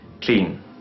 clean